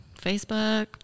Facebook